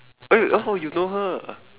oh wait oh you know her